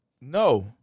No